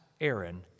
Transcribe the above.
Aaron